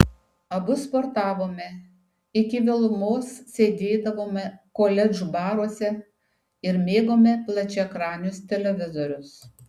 abu sportavome iki vėlumos sėdėdavome koledžų baruose ir mėgome plačiaekranius televizorius